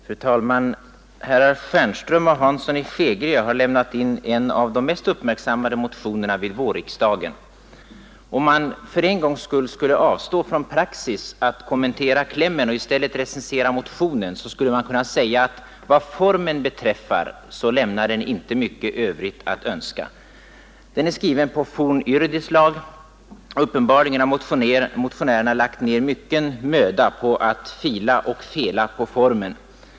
Fru talman! Herrar Stjernström och Hansson i Skegrie har lämnat in en av de mest uppmärksammade motionerna vid vårriksdagen. Om man för en gångs skull skulle avstå från praxis att kommentera klämmen och i stället recensera motionen skulle man kunna säga att vad formen beträffar lämnar den inte mycket övrigt att önska. Den är skriven på fornyrdislag, och uppenbarligen har motionärerna lagt ned mycken möda på att ”fila och fela” på formen.